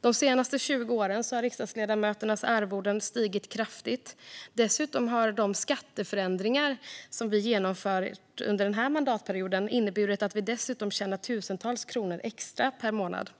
De senaste 20 åren har riksdagsledamöternas arvode stigit kraftigt. Dessutom innebär de skatteförändringar som vi har genomfört under den här mandatperioden att vi tjänar tusentals kronor extra per månad.